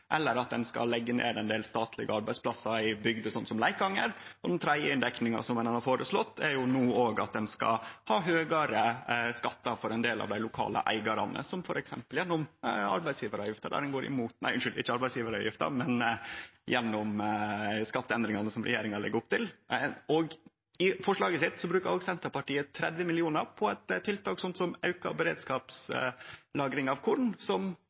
at ein skal leggje ned ein del statlege arbeidsplassar i ei bygd, så som i Leikanger, eller som no i den tredje inndekninga, at ein skal ha høgare skattar for ein del av dei lokale eigarane gjennom skatteendringane som regjeringa legg opp til. I forslaget sitt bruker Senterpartiet òg 30 mill. kr på eit tiltak som aukar beredskapslagringa av korn, som har ei totalrekning som er langt høgre enn dei 30 millionane. Kva slags nye inndekningar er det Senterpartiet skal skru opp for å finansiere resten av dei 100 millionane som